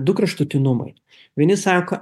du kraštutinumai vieni sako